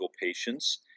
patients